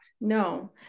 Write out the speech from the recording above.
No